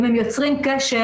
אם הם יוצרים קשר,